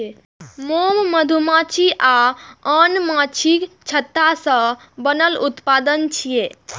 मोम मधुमाछी आ आन माछीक छत्ता सं बनल उत्पाद छियै